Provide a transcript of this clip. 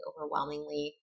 overwhelmingly